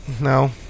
no